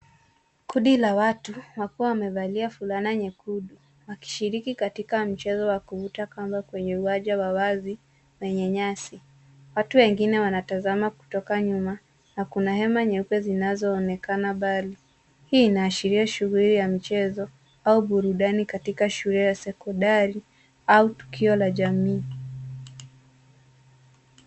Kundi la watu wakiwa wamevalia fulana nyekundu wakishiriki katika mchezo wa kuvuta kamba kwenye uwanja wa wazi wenye nyasi. Watu wengine wanatazama kutoka nyuma na hema nyeupe zinazoonekana mbali. Hii inaashiria shughuli ya michezo au burundani katika shule ya sekondari au tukio la jamii.